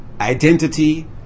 identity